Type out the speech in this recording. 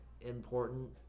important